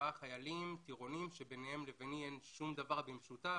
חיילים טירונים שביניהם וביני אין שום דבר במשותף,